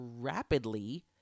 rapidly